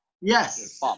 Yes